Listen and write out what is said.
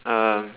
um